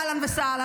אהלן וסהלן,